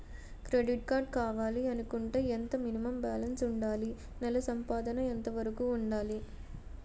Credit card కావాలి అనుకుంటే ఎంత మినిమం బాలన్స్ వుందాలి? నెల సంపాదన ఎంతవరకు వుండాలి?